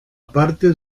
parte